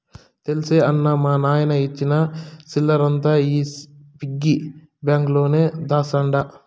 తెల్సా అన్నా, మా నాయన ఇచ్చిన సిల్లరంతా ఈ పిగ్గి బాంక్ లోనే దాస్తండ